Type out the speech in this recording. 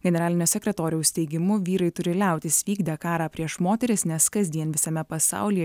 generalinio sekretoriaus teigimu vyrai turi liautis vykdę karą prieš moteris nes kasdien visame pasaulyje